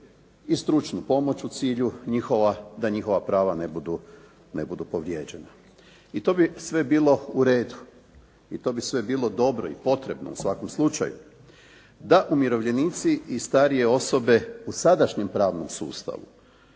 i stručnu pomoć u cilju da njihova prava ne budu povrijeđena. I to bi sve bilo u redu, i to bi sve bilo dobro i potrebno u svakom slučaju da umirovljenici i starije osobe u sadašnjem pravnom sustavu